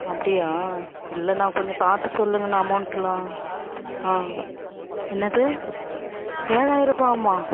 அப்படியா இல்லைண்ணா கொஞ்சம் பார்த்து சொல்லுங்கண்ணா அமௌண்ட்டுலாம் ஆ என்னது ஏழாயிரரூபா ஆகுமா